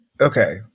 Okay